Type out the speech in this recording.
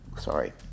sorry